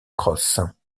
cross